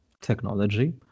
Technology